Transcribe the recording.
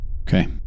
Okay